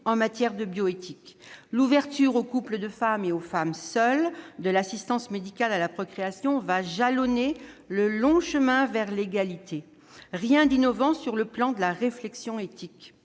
en matière de bioéthique. L'ouverture aux couples de femmes et aux femmes seules de l'assistance médicale à la procréation va jalonner le long chemin vers l'égalité ; elle ne présente rien d'innovant sur le plan de la réflexion éthique.